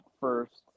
first